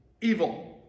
evil